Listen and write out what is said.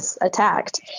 attacked